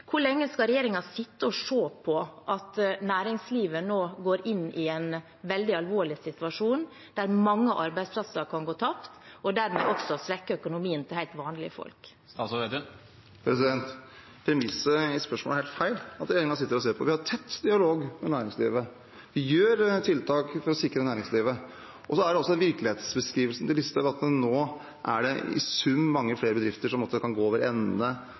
Hvor lenge skal regjeringen sitte og se på at næringslivet nå går inn i en veldig alvorlig situasjon der mange arbeidsplasser kan gå tapt, og der man også svekker økonomien til helt vanlige folk? Premisset i spørsmålet er helt feil, at regjeringen sitter og ser på. Vi har tett dialog med næringslivet, vi gjør tiltak for å sikre næringslivet. Og virkelighetsbeskrivelsen til Listhaug, at det i sum nå er mange flere bedrifter enn tidligere som kan gå over